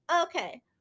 Okay